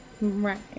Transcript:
Right